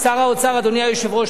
אדוני היושב-ראש,